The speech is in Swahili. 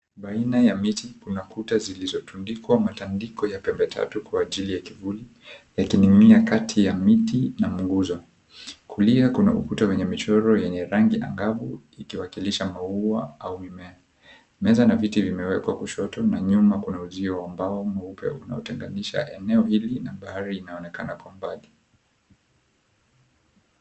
Baina ya miti, kuna kuta zilizotundikwa matandiko ya pembe tatu kwa ajili ya kivuli yakining'inia kati ya miti na nguzo. Kulia kuna ukuta wenye michoro yenye rangi angavu ikiwakilisha maua au mimea. Meza na viti vimewekwa kushoto na nyuma kuna uzio wa mbao mweupe unaotenganisha eneo hili na bahari inaonekana kwa mbali.